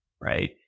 Right